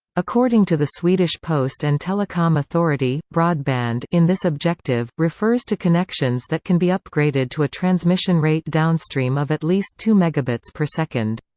according to the swedish post and telecom authority, broadband in this objective, refers to connections that can be upgraded to a transmission rate downstream of at least two mb and but per second.